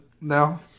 now